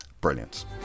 brilliant